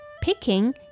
picking